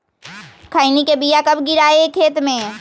खैनी के बिया कब गिराइये खेत मे?